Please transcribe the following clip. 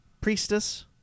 Priestess